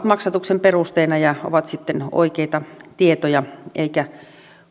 maksatuksen perusteena ja ovat sitten oikeita tietoja eikä